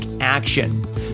action